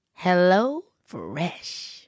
HelloFresh